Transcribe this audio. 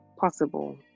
possible